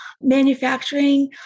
manufacturing